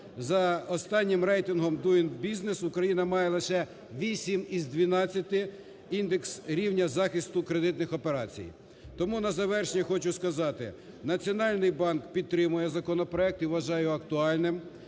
за останнім рейтингом Doing Business Україна має лише 8 із 12 індекс-рівня захисту кредитних операцій. Тому на завершення хочу сказати, Національний банк підтримує законопроект і вважає його актуальним,